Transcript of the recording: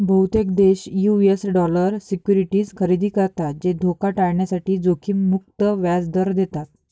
बहुतेक देश US dollar securities खरेदी करतात जे धोका टाळण्यासाठी जोखीम मुक्त व्याज दर देतात